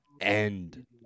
end